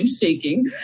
shaking